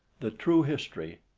the true history.